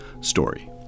story